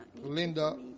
Linda